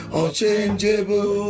unchangeable